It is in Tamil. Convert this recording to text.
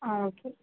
ஆ ஓகே